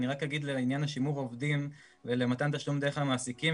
אני רק אגיד לעניין שימור עובדים ולמתן תשלום דרך המעסיקים